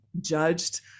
judged